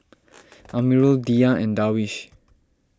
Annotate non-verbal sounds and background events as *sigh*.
*noise* Amirul Dhia and Darwish